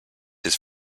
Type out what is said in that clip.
his